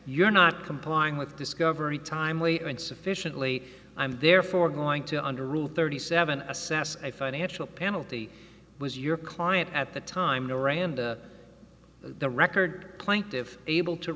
you're not complying with discovery timely and sufficiently i'm therefore going to under rule thirty seven assess a financial penalty was your client at the time the rand the record plaintive able to